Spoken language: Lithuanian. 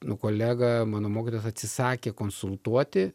nu kolega mano mokytojas atsisakė konsultuoti